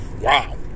Wow